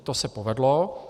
To se povedlo.